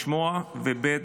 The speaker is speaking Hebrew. לשמוע, ב.